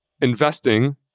investing